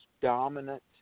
dominant